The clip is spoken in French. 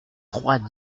trois